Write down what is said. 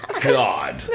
God